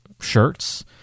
shirts